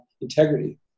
integrity